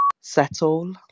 Settle